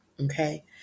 Okay